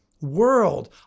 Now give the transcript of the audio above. world